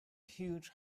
huge